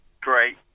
Great